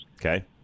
Okay